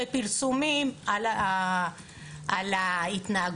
ופרסומים על ההתנהגויות,